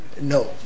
No